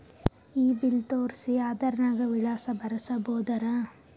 ಈ ಬಿಲ್ ತೋಸ್ರಿ ಆಧಾರ ನಾಗ ವಿಳಾಸ ಬರಸಬೋದರ?